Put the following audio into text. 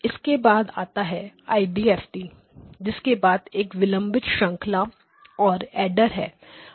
इसके बाद आता है आईडीएफटी IDFT जिसके बाद एक विलंबित श्रंखला और ऐडर है